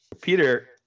Peter